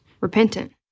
repentant